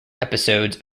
episodes